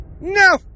No